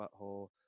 butthole